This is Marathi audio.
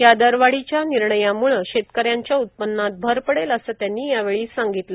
या दरवाढीच्या निर्णयामुळं शेतकऱ्यांच्या उत्पन्नात भर पडेल असं त्यांनी यावेळी सांगितलं